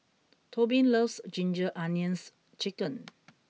Tobin loves ginger onions chicken